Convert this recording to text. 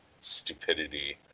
stupidity